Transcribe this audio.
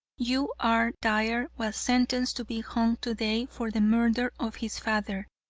u. r. dire was sentenced to be hung today for the murder of his father.